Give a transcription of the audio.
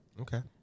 Okay